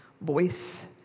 voice